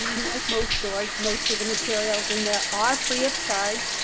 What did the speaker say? yeah unlike most stores, most of the materials in there are free of charge.